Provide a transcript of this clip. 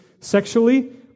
sexually